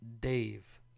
Dave